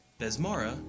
Besmara